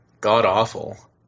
god-awful